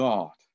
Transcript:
God